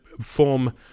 form